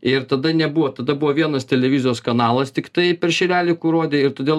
ir tada nebuvo tada buvo vienas televizijos kanalas tiktai per šilelį kur rodė ir todėl